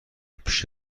پیش